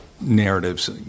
narratives